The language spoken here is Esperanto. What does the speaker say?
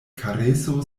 kareso